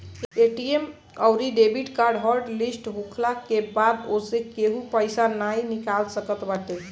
ATM अउरी debit card hot list होखला के बाद ओसे केहू पईसा नाइ निकाल सकत बाटे